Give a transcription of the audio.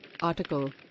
Article